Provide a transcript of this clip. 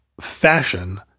fashion